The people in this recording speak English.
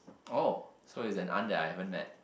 oh so it's an aunt that I haven't met